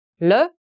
le